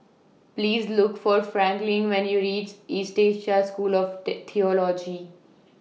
Please Look For Franklyn when YOU REACH East Asia School of Theology